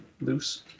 loose